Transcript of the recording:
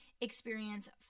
experience